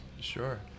Sure